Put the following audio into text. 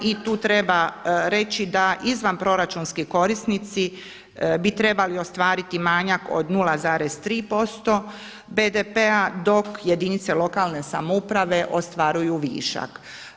I tu treba reći da izvanproračunski korisnici bi trebali ostvariti manjak od 0,3% BDP-a dok jedinica lokalne samouprave ostvaruju višak.